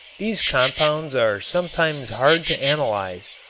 these compounds are sometimes hard to analyze,